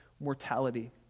mortality